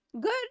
good